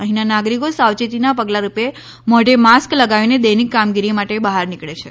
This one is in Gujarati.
અહિંના નાગરિકો સાવચેતીના પગલાંરૂપે મોઢે માસ્ક લગાવીને દૈનિક કામગીરી માટે બહાર નિકળે છે